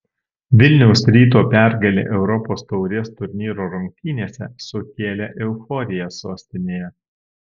vilniaus ryto pergalė europos taurės turnyro rungtynėse sukėlė euforiją sostinėje